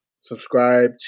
Subscribe